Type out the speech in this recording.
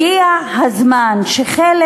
הגיע הזמן, חלק